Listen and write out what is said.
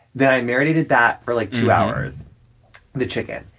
then i marinated that for, like, two hours the chicken.